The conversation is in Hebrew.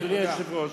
אדוני היושב-ראש,